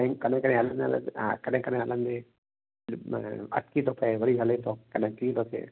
साईं कॾहिं कॾहिं हलंदे हलंदे हा कॾहिं कॾहिं हलंदे अटिकी थो पए वरी हले थो कॾहिं कीअं थो थिए